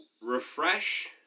refresh